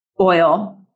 oil